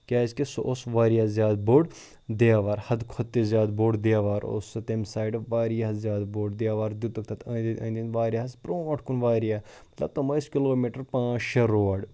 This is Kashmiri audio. کیٛازِکہِ سُہ اوس واریاہ زیادٕ بوٚڈ دیوار حَدٕ کھۄتہٕ تہِ زیادٕ بوٚڑدیوار اوس سُہ تٔمۍ سایڈٕ واریاہ زیادٕ بوٚڑ دیوار دِتُکھ تَتھ أنٛدۍ أنٛدۍ أندۍ أنٛدۍ واریاہَس بروںٛٹھ کُن واریاہ مطلب تِم ٲسۍ کِلوٗمیٖٹَر پانٛژھ شےٚ روڈ